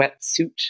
wetsuit